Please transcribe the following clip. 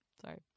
Sorry